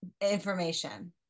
information